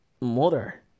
Mother